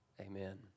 Amen